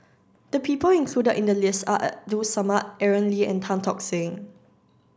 the people included in the list are Abdul Samad Aaron Lee and Tan Tock Seng